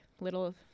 little